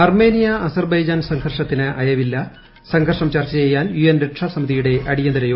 Armenia Azerbaijan സംഘർഷത്തിനു അയവില്ല സംഘർഷം ചർച്ച ചെയ്യാൻ യു എൻ രക്ഷ സമിതിയുടെ അടിയന്തര യോഗം